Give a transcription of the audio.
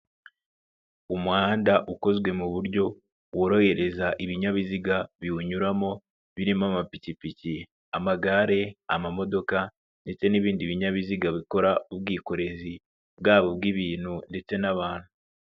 Umuhanda ukozwe mu buryo bworohereza ibinyabiziga biwunyuramo, birimo amapikipiki, amagare, amamodoka ndetse n'ibindi binyabiziga bikora ubwikorezi bwabo bw'ibintu ndetse n'abantu.